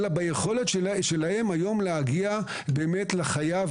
אלא ביכולת שלהן להגיע היום לחייב.